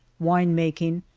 wine-making,